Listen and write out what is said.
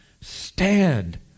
stand